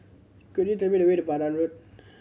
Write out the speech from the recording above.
could you tell me the way to Pandan Road